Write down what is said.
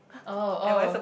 oh oh